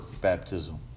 baptism